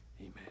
Amen